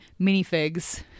minifigs